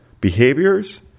behaviors